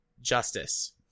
justice